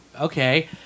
okay